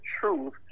truth